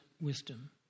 wisdom